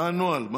מה הנוהל?